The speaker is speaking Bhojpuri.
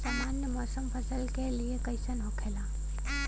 सामान्य मौसम फसल के लिए कईसन होखेला?